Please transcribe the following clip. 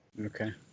Okay